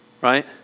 right